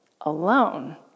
alone